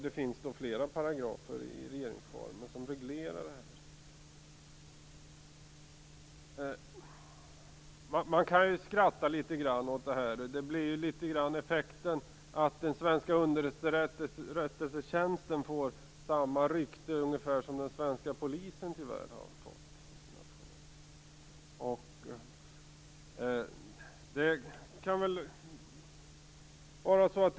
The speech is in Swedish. Det finns flera paragrafer i regeringsformen som reglerar det här. Man kan skratta litet grand åt det här. Effekten blir den att den svenska underrättelsetjänsten får ungefär samma rykte som den svenska polisen tyvärr har fått internationellt.